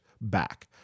back